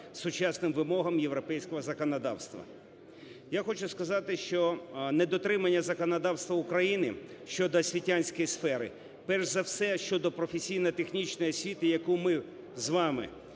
сучасним вимогам європейського законодавства. Я хочу сказати, що недотримання законодавства України щодо освітянської сфери, перш за все щодо професійно-технічної освіти, яку ми з вами